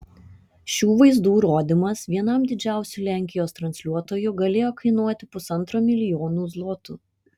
šių vaizdų rodymas vienam didžiausių lenkijos transliuotojų galėjo kainuoti pusantro milijonų zlotų